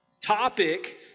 topic